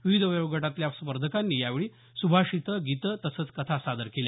विविध वयोगटातल्या स्पर्धकांनी यावेळी स्रभाषितं गीतं तसंच कथा सादर केल्या